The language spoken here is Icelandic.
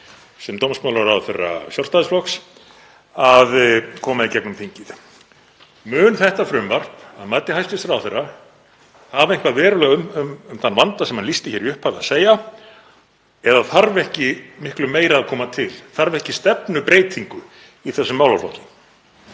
sem dómsmálaráðherra Sjálfstæðisflokks að koma í gegnum þingið. Mun þetta frumvarp að mati hæstv. ráðherra hafa eitthvað verulega um þann vanda sem hann lýsti hér í upphafi að segja eða þarf ekki miklu meira að koma til? Þarf ekki stefnubreytingu í þessum málaflokki?